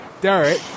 Derek